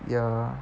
ya